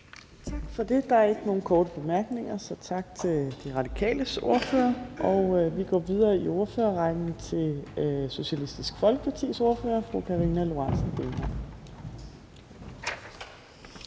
Torp): Der er ikke nogen korte bemærkninger, så tak til De Radikales ordfører. Vi går videre i ordførerrækken til Socialistisk Folkepartis ordfører, fru Karina Lorentzen